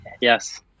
yes